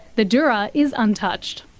the dura is untouched.